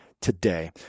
today